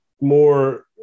more